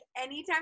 anytime